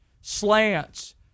slants